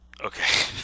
Okay